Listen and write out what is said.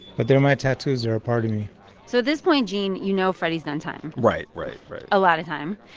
but they're my tattoos. they're a part of me so at this point, gene, you know freddy's done time right, right, right a lot of time.